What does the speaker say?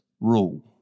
rule